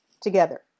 together